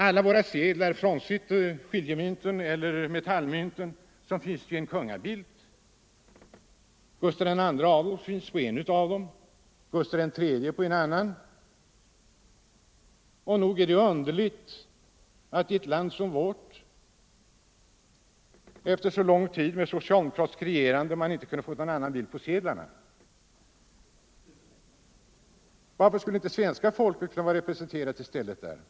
115 På alla våra sedlar finns en kungabild, Gustav II Adolf på en och Gustav III på en annan. Nog är det underligt att man i ett land som vårt, efter så lång tid av socialdemokratiskt regerande, inte fått någon annan bild på sedlarna. Varför skulle inte svenska folket vara representerat där i stället?